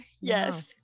Yes